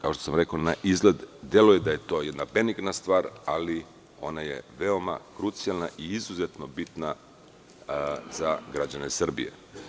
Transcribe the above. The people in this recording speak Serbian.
Kao što sam rekao, naizgled deluje da je to jedna beningna stvar, ali je ona veoma krucijalna i izuzetno bitna za građane Srbije.